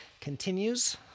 continues